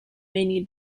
many